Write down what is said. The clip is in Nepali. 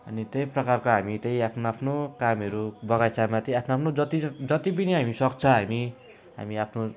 अनि त्यही प्रकारको हामी त्यही आफ्नो आफ्नो कामहरू बगैँचामाथि आफ्नो आफ्नो जति जति पनि हामी सक्छ हामी हामी आफ्नो